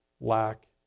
lack